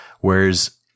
Whereas